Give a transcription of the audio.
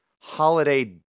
holiday